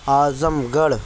اعظم گڑھ